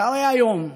בצוהרי היום,